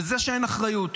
וזה שאין אחריות.